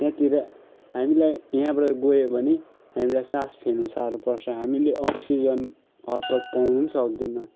त्यहाँतिर हामीलाई यहाँबाट गयो भने हामीलाई सास फेर्नु साह्रो पर्छ हामीले अक्सिजन हत्तपत्त पाउनु पनि सक्दैन